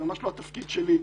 זה ממש לא התפקיד שלי,